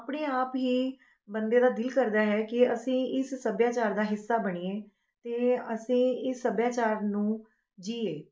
ਆਪਣੇ ਆਪ ਹੀ ਬੰਦੇ ਦਾ ਦਿਲ ਕਰਦਾ ਹੈ ਕਿ ਅਸੀਂ ਇਸ ਸੱਭਿਆਚਾਰ ਦਾ ਹਿੱਸਾ ਬਣੀਏ ਅਤੇ ਅਸੀਂ ਇਸ ਸੱਭਿਆਚਾਰ ਨੂੰ ਜੀਏ